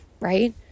right